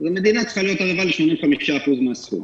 המדינה צריכה להיות ערבה ל-85% מהסכום.